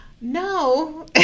no